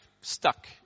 stuck